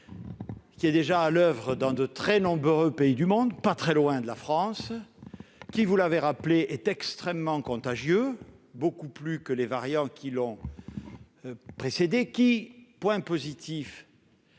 qui est déjà à l'oeuvre dans de très nombreux pays du monde, pas toujours très loin de la France. Vous l'avez rappelé, il est extrêmement contagieux, beaucoup plus que les variants qui l'ont précédé. Point très positif,